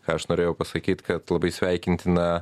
ką aš norėjau pasakyt kad labai sveikintina